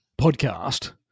podcast